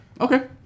Okay